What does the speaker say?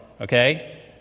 okay